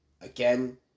again